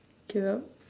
caleb